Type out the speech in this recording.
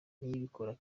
niyibikora